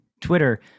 Twitter